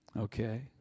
Okay